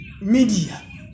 media